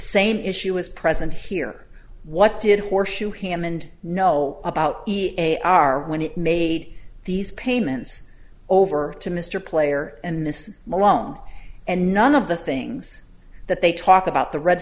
same issue as present here what did horseshoe hammond know about e a are when it made these payments over to mr player and mrs malone and none of the things that they talk about the red